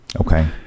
Okay